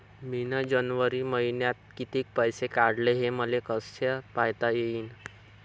मिन जनवरी मईन्यात कितीक पैसे काढले, हे मले कस पायता येईन?